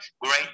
great